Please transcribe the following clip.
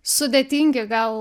sudėtingi gal